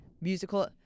musical